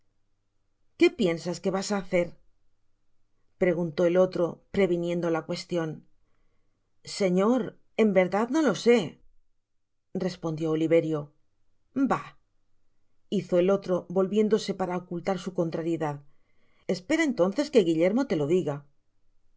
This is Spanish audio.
qué piensas que vas á hacer préguntó el otro previniendo la cuestion señor en verdad no lo se respondió oliverio ba hizo el otro volviéndose para ocultar su contrariedad espera entonces que guillermo te lo diga